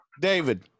David